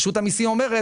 רשות המיסים אומרת,